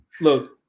look